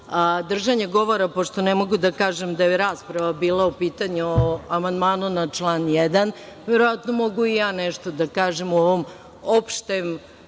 držanja govora, pošto ne mogu da kažem da je rasprava bila u pitanju, o amandmanu na član 1. Verovatno mogu i ja nešto da kažem u ovoj opštoj